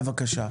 בבקשה.